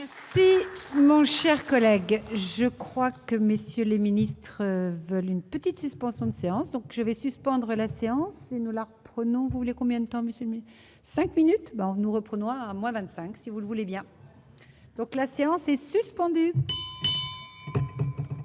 vous. Mon cher collègue, je crois que messieurs les ministres veulent une petite suspension de séance, donc je vais suspendre la séance, nous la reprenons voulez combien de temps Monsieur 5 minutes nous reprenons : moins 25, si vous le voulez bien donc la séance est suspendue.